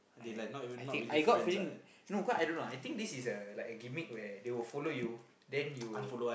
I got for him no cause I don't know I think this is a like a gimmick where they will follow you then you